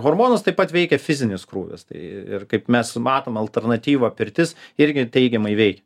hormonus taip pat veikia fizinis krūvis tai kaip mes matom alternatyvą pirtis irgi teigiamai veikia